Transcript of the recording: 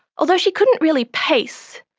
although she couldn't really pace,